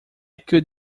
could